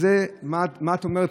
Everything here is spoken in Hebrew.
אז מה את אומרת?